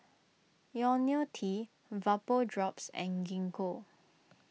Ionil T Vapodrops and Gingko